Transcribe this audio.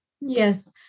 Yes